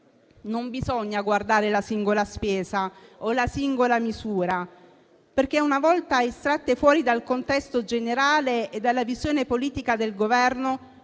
Non bisogna guardare la singola spesa o la singola misura, perché, una volta estratte fuori dal contesto generale e dalla visione politica del Governo,